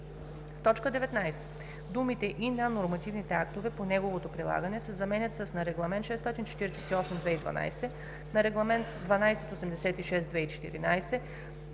в т. 19 думите „и на нормативните актове по неговото прилагане“ се заменят с „на Регламент 648/2012, на Регламент (ЕС) № 1286/2014,